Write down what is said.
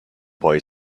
boy